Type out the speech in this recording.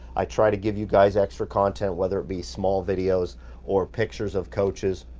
i try to give you guys extra content, whether it be small videos or pictures of coaches.